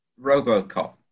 Robocop